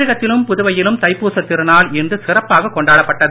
தமிழகத்திலும் புதுவையிலும் தைப்பூசத் திருநாள் இன்று சிறப்பாக கொண்டாடப்பட்டது